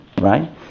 Right